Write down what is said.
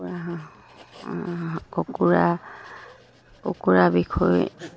কুকুৰা হাঁহ কুকুৰা কুকুৰা বিষয়ে